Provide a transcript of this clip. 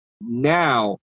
now